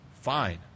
Fine